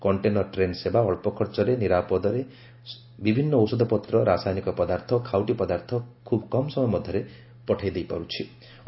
container train ସେବା ଅଳ୍ପ ଖର୍ଚ୍ଚରେ ନିରାପଦର ସହ ବିଭିନ୍ନ ଔଷଧପତ୍ର ରାସାୟନିକ ପଦାର୍ଥ ଖାଉଟି ପଦାର୍ଥ ଖୁବ୍ କମ୍ ସମୟ ମଧ୍ୟରେ ପଠାଯାଇ ପାର୍ଚ୍ଚି